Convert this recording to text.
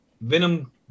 Venom